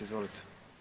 Izvolite.